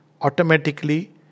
automatically